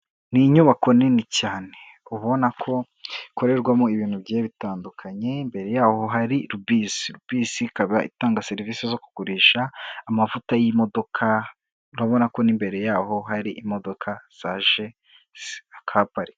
Ni inyubako nini cyane ubona ko ikorerwamo ibintu bigiye bitandukanye, imbere yaho hari Rubis, Rubis ikaba itanga serivisi zo kugurisha amavuta y'imodoka, urabona ko n'imbere yaho hari imodoka zaje zikahaparika.